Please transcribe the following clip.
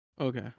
Okay